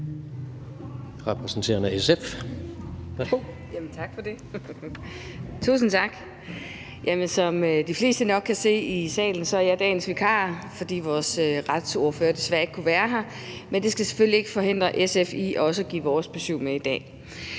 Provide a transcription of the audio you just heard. Broman Mølbæk (SF): Tak for det. Som de fleste i salen nok kan se, er jeg i dag vikar, fordi vores retsordfører desværre ikke kunne være her, men det skal selvfølgelig ikke forhindre SF i også at give sit besyv med i dag.